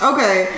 Okay